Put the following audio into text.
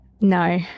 no